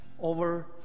over